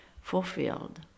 fulfilled